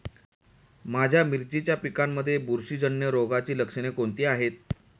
माझ्या मिरचीच्या पिकांमध्ये बुरशीजन्य रोगाची लक्षणे कोणती आहेत?